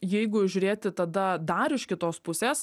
jeigu žiūrėti tada dar iš kitos pusės